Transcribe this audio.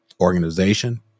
organization